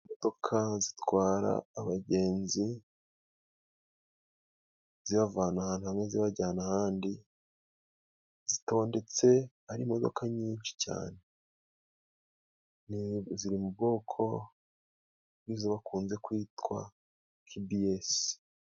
Imodoka zitwara abagenzi zibavana ahantu hamwe zibajyana ahandi, zitondetse ari imodoka nyinshi cyane ziri mu bwoko bw'izo bakunze kwitwa kidiyesi.